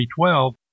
2012